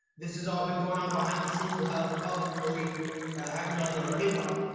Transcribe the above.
this has all been going on behind the scenes without the public really having it on their radar.